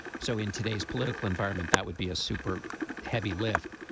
so in today's political environment that would be a super heavy lift.